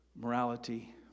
morality